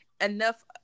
enough